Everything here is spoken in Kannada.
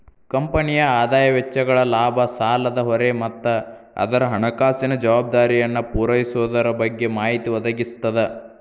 ಕಂಪನಿಯ ಆದಾಯ ವೆಚ್ಚಗಳ ಲಾಭ ಸಾಲದ ಹೊರೆ ಮತ್ತ ಅದರ ಹಣಕಾಸಿನ ಜವಾಬ್ದಾರಿಯನ್ನ ಪೂರೈಸೊದರ ಬಗ್ಗೆ ಮಾಹಿತಿ ಒದಗಿಸ್ತದ